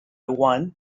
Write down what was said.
one